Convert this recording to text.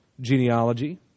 genealogy